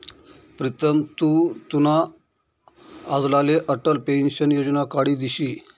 प्रीतम तु तुना आज्लाले अटल पेंशन योजना काढी दिशी